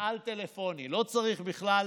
במשאל טלפוני, לא צריך בכלל